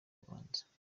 rubanza